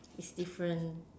is different